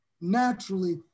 naturally